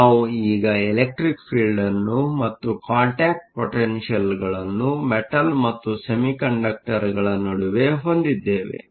ಆದ್ದರಿಂದ ನಾವು ಈಗ ಎಲೆಕ್ಟ್ರಿಕ್ ಫೀಲ್ಡ್ ಅನ್ನು ಮತ್ತು ಕಾಂಟಾಕ್ಟ್ ಪೊಟೆನ್ಷಿಯಲ್Contact potentialಗಳನ್ನು ಮೆಟಲ್Metal ಮತ್ತು ಸೆಮಿಕಂಡಕ್ಟರ್ಗಳ ನಡುವೆ ಹೊಂದಿದ್ದೇವೆ